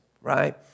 right